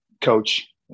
coach